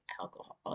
alcohol